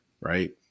Right